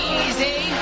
easy